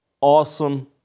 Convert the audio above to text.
Awesome